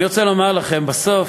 אני רוצה לומר לכם: בסוף,